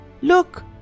Look